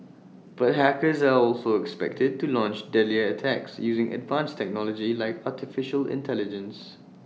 but hackers are also expected to launch deadlier attacks using advanced technology like Artificial Intelligence